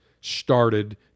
started